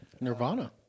Nirvana